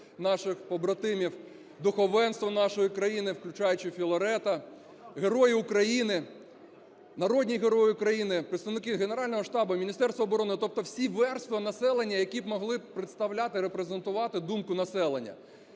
наших побратимів, духовенство нашої країни, включаючи Філарета, герої України, народні герої України, представники Генерального штабу, Міністерства оборони, тобто всі верства населення, які б могли представляти, репрезентувати думку населення.